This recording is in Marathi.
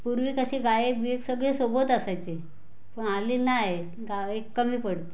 पूर्वी कसे गायक बियक सगळे सोबत असायचे पण हल्ली नाही गायक कमी पडते